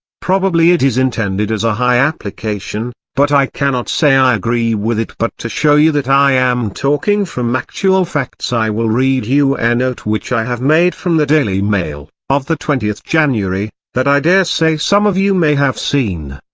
probably it is intended as a high application, but i cannot say i agree with it but to show you that i am talking from actual facts i will read you a and note which i have made from the daily mail, of the twentieth january, that i daresay some of you may have seen.